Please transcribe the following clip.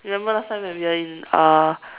remember last time when we were in uh